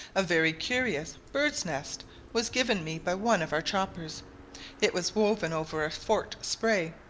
a very curious bird's-nest was given me by one of our choppers it was woven over a forked spray,